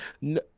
no